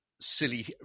silly